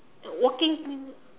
walking